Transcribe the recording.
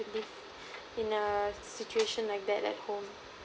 live in a situation like that at home